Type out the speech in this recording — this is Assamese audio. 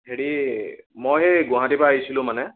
হেৰি মই এই গুৱাহাটীৰপৰা আহিছিলোঁ মানে